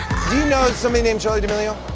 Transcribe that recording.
do you know somebody named charli d'amelio?